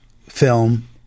film